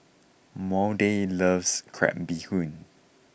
Maude loves Crab Bee Hoon